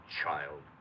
child